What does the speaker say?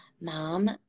Mom